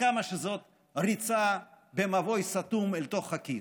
כמה זאת ריצה במבוי סתום אל תוך הקיר.